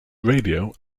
radio